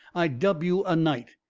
i dub you a night.